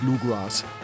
Bluegrass